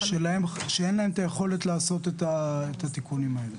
שאין להם את היכולת לעשות את התיקונים האלה.